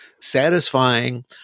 satisfying